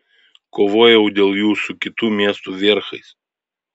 kovojau dėl jų su kitų miestų vierchais